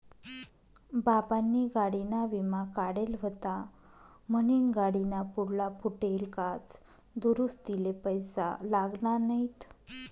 बाबानी गाडीना विमा काढेल व्हता म्हनीन गाडीना पुढला फुटेल काच दुरुस्तीले पैसा लागना नैत